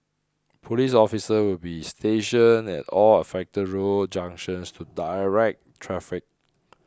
police officers will be stationed at all affected road junctions to direct traffic